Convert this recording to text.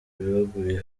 baguye